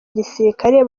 gisirikare